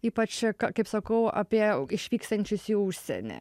ypač kaip sakau apie išvykstančius į užsienį